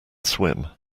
swim